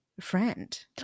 friend